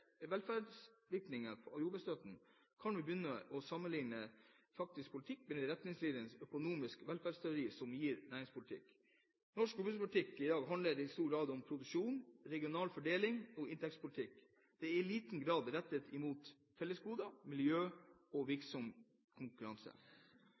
velferdsvirkningene av jordbruksstøtten kan vi begynne med å sammenligne faktisk politikk med de retningslinjene som økonomisk velferdsteori gir for næringspolitikk. Norsk jordbrukspolitikk i dag handler i stor grad om produksjon, regional fordeling og inntektspolitikk. Den er i liten grad rettet inn mot fellesgoder, miljø og